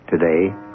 today